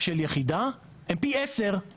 של יחידה הן פי עשר של